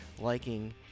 liking